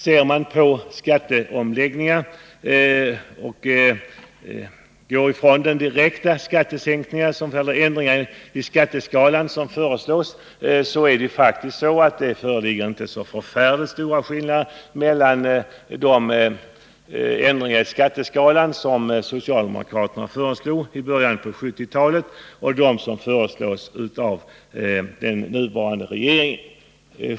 Ser vi på skatteomläggningen med utgångspunkt i de direkta skattesänkningar och de ändringar i skatteskalan som föreslås, finner vi att det faktiskt inte föreligger så förfärligt stora skillnader mellan de ändringar i skatteskalan som socialdemokraterna föreslog i början av 1970-talet och de som föreslås av den nuvarande regeringen.